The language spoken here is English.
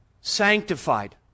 sanctified